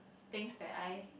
things that I